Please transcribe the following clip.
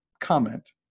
comment